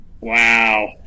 Wow